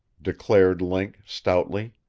declared link stoutly.